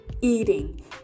eating